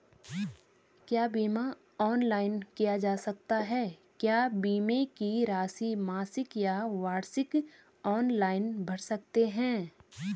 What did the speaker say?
क्या बीमा ऑनलाइन किया जा सकता है क्या बीमे की राशि मासिक या वार्षिक ऑनलाइन भर सकते हैं?